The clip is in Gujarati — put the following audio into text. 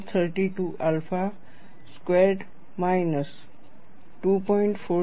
32 આલ્ફા સ્ક્વેર્ડ માઇનસ 2